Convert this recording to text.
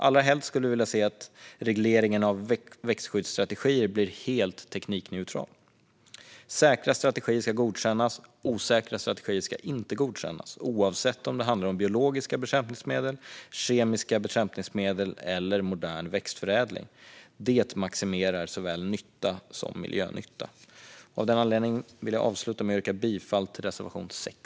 Allra helst skulle vi vilja se att regleringen av växtskyddsstrategier blir helt teknikneutral. Säkra strategier ska godkännas. Osäkra strategier ska inte godkännas oavsett om det handlar om biologiska bekämpningsmedel, kemiska bekämpningsmedel eller modern växtförädling. Det maximerar såväl ekonomisk nytta som miljönytta. Av den anledningen vill jag avsluta med att yrka bifall till reservation 6.